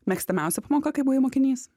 mėgstamiausia pamoka kai buvau mokinys